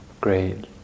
great